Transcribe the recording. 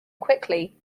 quickly